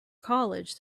college